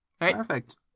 Perfect